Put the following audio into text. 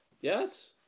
Yes